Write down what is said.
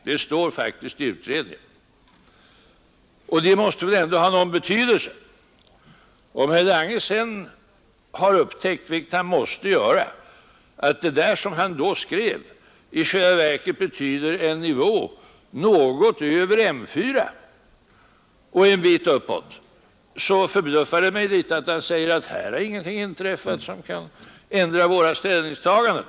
Det står faktiskt i utredningens betänkande, och det måste väl ändå ha någon betydelse. Om herr Lange sedan har upptäckt, vilket han måste ha gjort, att det han då skrev i själva verket betyder en nivå, som är 1 miljard lägre, så förbluffar det mig, när han säger att här har ingenting inträffat som kan ändra våra ställningstaganden.